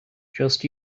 just